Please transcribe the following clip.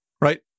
right